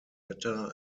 letter